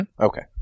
Okay